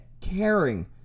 caring